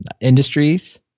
industries